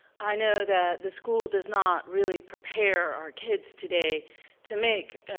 i know that the school does not really prepare our kids today to make,